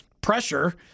pressure